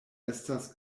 estas